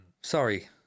Sorry